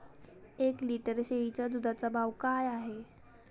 एक लिटर शेळीच्या दुधाचा भाव काय आहे?